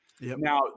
Now